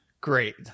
Great